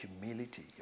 humility